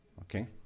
Okay